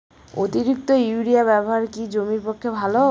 অতিরিক্ত ইউরিয়া ব্যবহার কি জমির পক্ষে ভালো?